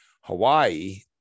hawaii